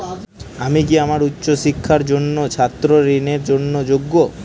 আমি কি আমার উচ্চ শিক্ষার জন্য ছাত্র ঋণের জন্য যোগ্য?